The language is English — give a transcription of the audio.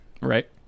Right